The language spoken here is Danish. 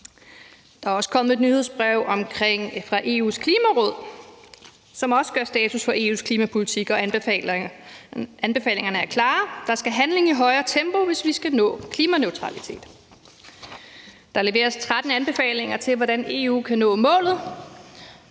Der er også kommet et nyhedsbrev fra EU's Klimaråd, som også gør status over EU's klimapolitik, og anbefalingerne er klare. Der skal handling i højere tempo, hvis vi skal nå klimaneutralitet. Der leveres 13 anbefalinger til, hvordan EU kan nå målet,